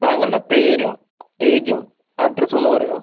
താങ്കളുടെ പേരും ഏജും അഡ്രസ്സും ഒന്ന് പറയുമോ